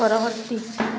ପରବର୍ତ୍ତୀ